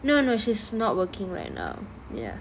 no no she's not working right now ya